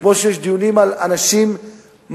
וכמו שיש דיונים על אנשים משמעותיים,